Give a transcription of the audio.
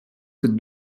could